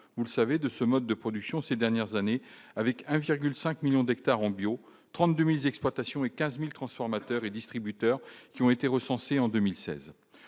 vous savez de ce mode de production ces dernières années avec 1,5 millions d'hectares en bio 30 2000 exploitations et 15000, transformateurs et distributeurs qui ont été recensés en 2016